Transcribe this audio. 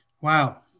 Wow